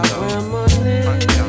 reminisce